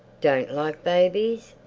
don't like babies?